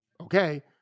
okay